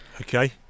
Okay